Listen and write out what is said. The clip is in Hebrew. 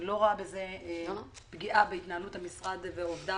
אני לא רואה בזה פגיעה בהתנהלות המשרד ועובדיו,